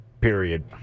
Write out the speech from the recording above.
period